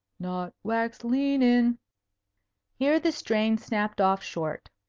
not wax lean in here the strain snapped off short.